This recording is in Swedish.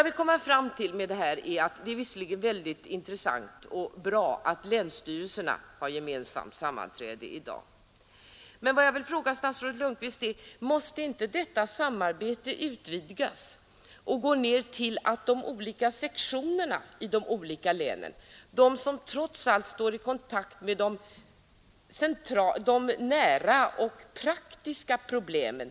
Visserligen är det både intressant och bra att länsstyrelserna har gemensamt sammanträde, men jag vill fråga statsrådet Lundkvist: Måste inte detta samarbete utvidgas ner till de olika sektionerna i länen, de som trots allt står i kontakt med de nära och praktiska problemen?